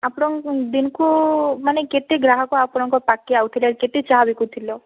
ଆପଣଙ୍କୁ ଦିନ୍କୁ ମାନେ କେତେ ଗ୍ରାହକ ଆପଣଙ୍କ ପାଖ୍କେ ଆସୁଥିଲେ କେତେ ଚାହା ବିକୁଥିଲ